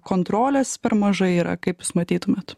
kontrolės per mažai yra kaip jūs matytumėt